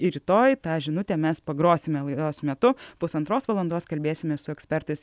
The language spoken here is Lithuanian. ir rytoj tą žinutę mes pagrosime laidos metu pusantros valandos kalbėsimės su ekspertais